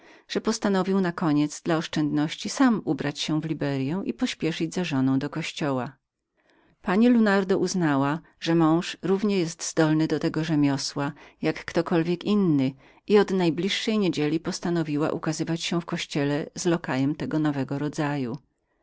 postanowił nakoniec dla oszczędności sam ubrać się w liberyę i pospieszyć za żoną do kościoła pani lunardo znalazła że mąż równie był zdolnym do tego rzemiosła jak ktokolwiek inny i w nadchodzące święta ukazała się w kościele z lokajem tego nowego rodzaju